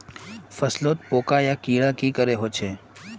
फसलोत पोका या कीड़ा की करे होचे?